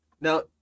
Now